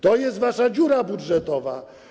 To jest wasza dziura budżetowa.